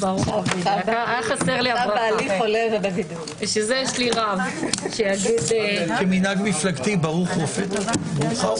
14:00.